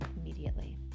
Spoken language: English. immediately